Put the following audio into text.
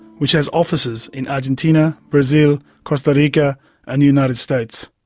which has offices in argentina, brazil, costa rica and the united states.